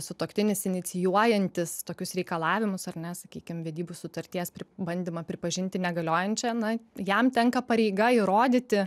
sutuoktinis inicijuojantis tokius reikalavimus ar ne sakykim vedybų sutarties bandymą pripažinti negaliojančia na jam tenka pareiga įrodyti